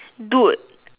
dude